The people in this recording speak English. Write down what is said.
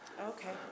Okay